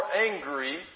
angry